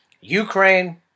Ukraine